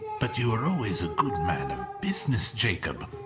but you were always a good man of business, jacob,